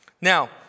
Now